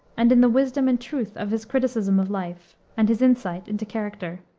and in the wisdom and truth of his criticism of life, and his insight into character.